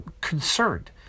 concerned